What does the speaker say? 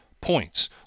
points